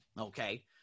okay